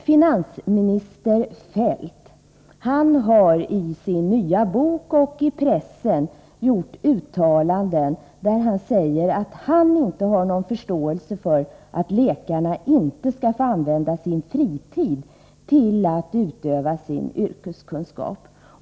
Finansminister Feldt har i sin nya bok och i pressen gjort uttalanden om att han inte har någon förståelse för att läkarna inte skall få använda sin fritid till att utöva sin yrkeskunskap.